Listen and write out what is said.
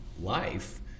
life